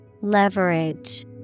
Leverage